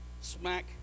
Smack